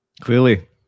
Clearly